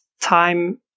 Time